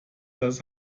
das